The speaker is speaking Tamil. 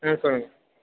ஆ சொல்லுங்க